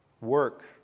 work